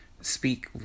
speak